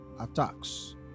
attacks